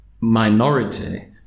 minority